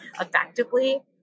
effectively